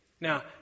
Now